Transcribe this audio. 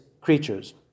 creatures